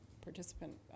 participant